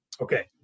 Okay